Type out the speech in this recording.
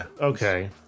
Okay